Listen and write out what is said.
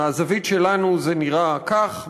מהזווית שלנו זה נראה כך,